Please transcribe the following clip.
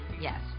Yes